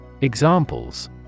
Examples